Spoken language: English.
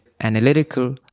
analytical